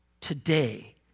Today